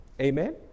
Amen